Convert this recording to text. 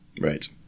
Right